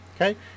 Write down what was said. okay